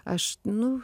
aš nu